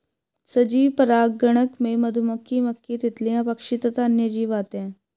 सजीव परागणक में मधुमक्खी, मक्खी, तितलियां, पक्षी तथा अन्य जीव आते हैं